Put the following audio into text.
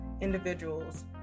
individuals